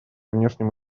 внешним